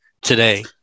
today